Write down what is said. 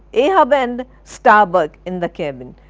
ahab and starbuck in the cabin,